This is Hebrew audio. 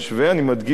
אני מדגיש שוב,